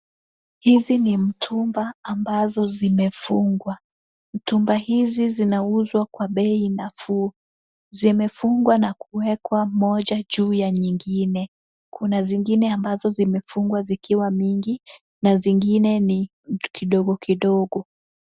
Hizi ni mtumba ambazo zimefungwa. Mtumba hizi zinauzwa kwa bei nafuu. Zimefungwa na kuwekwa moja juu ya nyingine. Kuna zingine ambazo zimefungwa zikiwa mingi, na zingine ni kidogo kidogo.